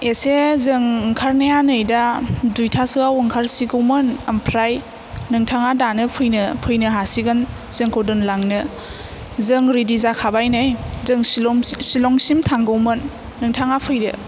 एसे जों ओंखारनाया नै दा दुइथासोयाव ओंखारसिगौमोन ओमफ्राय नोंथाङा दानो फैनो फैनो हासिगोन जोंखौ दोनलांनो जों रिदि जाखाबाय नै जों सिलं सिलंसिम थांगौमोन नोंथाङा फैदो